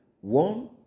one